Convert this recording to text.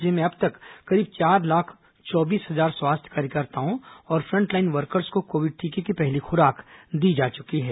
राज्य में अब तक करीब चार लाख चौबीस हजार स्वास्थ्य कार्यकर्ताओं और फ्रंटलाइन वर्कर्स को कोविड टीके की पहली खुराक दी जा चुकी है